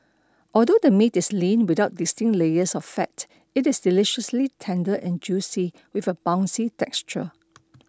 although the meat is lean without distinct layers of fat it is deliciously tender and juicy with a bouncy texture